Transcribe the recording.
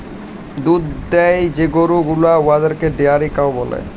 দুহুদ দেয় যে গরু গুলা উয়াদেরকে ডেয়ারি কাউ ব্যলে